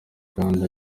kandi